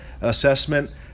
assessment